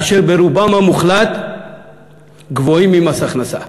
אשר ברובם המוחלט גבוהים ממס הכנסה.